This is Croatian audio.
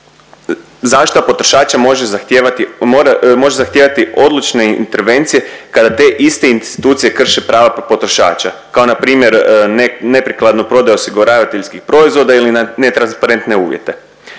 zaštita potrošača može zahtijevati odlučne intervencije kada te iste institucije krše prava potrošača, kao npr. neprikladno prodaja osiguravateljskih proizvoda ili netransparentne uvjete.